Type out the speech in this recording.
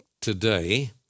today